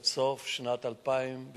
עד סוף שנת 2012,